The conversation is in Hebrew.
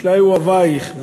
ישליו אוהביך",